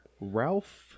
Ralph